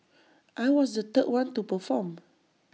I was the third one to perform